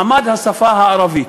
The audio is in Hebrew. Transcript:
מעמד השפה הערבית.